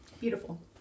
Beautiful